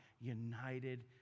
united